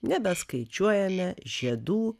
nebeskaičiuojame žiedų